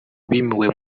bimuwe